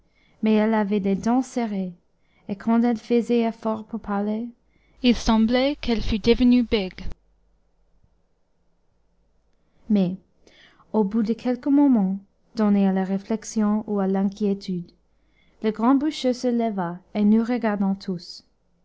mais elle avait les dents serrées et quand elle faisait effort pour parler il semblait qu'elle fût devenue bègue mais au bout de quelques moments donnés à la réflexion ou à l'inquiétude le grand bûcheux se leva et nous regardant tous